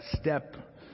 step